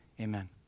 amen